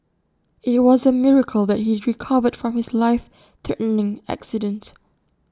IT was A miracle that he recovered from his life threatening accident